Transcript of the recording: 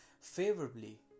favorably